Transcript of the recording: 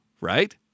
right